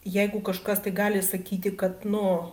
jeigu kažkas tai gali sakyti kad nu